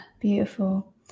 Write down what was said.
beautiful